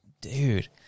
dude